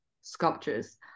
sculptures